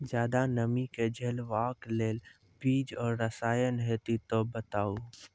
ज्यादा नमी के झेलवाक लेल बीज आर रसायन होति तऽ बताऊ?